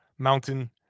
mountain